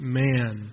man